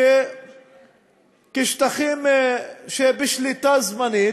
כשטחים שבשליטה זמנית,